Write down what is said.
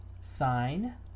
Sign